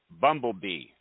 bumblebee